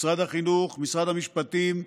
משרד החינוך, משרד המשפטים,